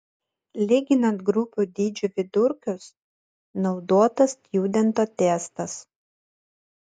lyginant grupių dydžių vidurkius naudotas stjudento testas